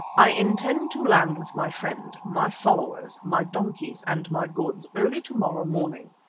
i intend to land with my friend, my followers, my donkeys and my goods early to-morrow morning.